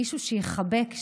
מישהו שיחבק,